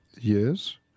Yes